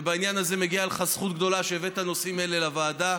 ובעניין הזה מגיעה לך זכות גדולה שהבאת נושאים אלה לוועדה,